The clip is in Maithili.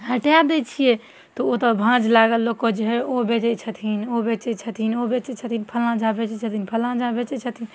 हटाए दै छियै तऽ ओ तऽ भाँज लागल लोकके जे ओ बेचै छथिन ओ बेचै छथिन ओ बेचै छथिन फल्लाँ झा बेचै छथिन फल्लाँ झा बेचै छथिन